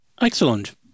Excellent